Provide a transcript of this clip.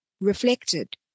reflected